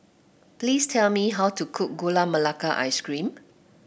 please tell me how to cook Gula Melaka Ice Cream